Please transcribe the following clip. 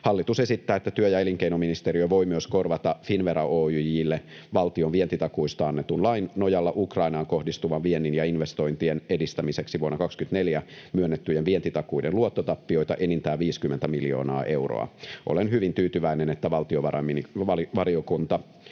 Hallitus esittää, että työ- ja elinkeinoministeriö voi myös korvata Finnvera Oyj:lle valtion vientitakuista annetun lain nojalla Ukrainaan kohdistuvan viennin ja investointien edistämiseksi vuonna 24 myönnettyjen vientitakuiden luottotappioita enintään 50 miljoonaa euroa. Olen hyvin tyytyväinen, että valtiovarainvaliokunta